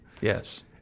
Yes